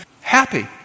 happy